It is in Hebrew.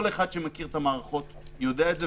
כל אחד שמכיר את המערכות יודע את זה,